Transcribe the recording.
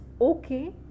okay